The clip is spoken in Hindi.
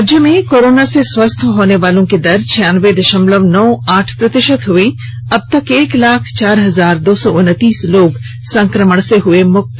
राज्य में कोरोना से स्वस्थ होने वाली की दर छियानबे दशमलव नौ आठ प्रतिशत हई अबतक एक लाख चार हजार दो सौ उनतीस लोग संक्रमण से हुए मुक्त